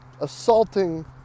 assaulting